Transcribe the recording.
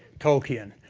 tolkien,